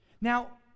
Now